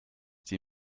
die